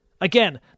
Again